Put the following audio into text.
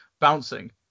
bouncing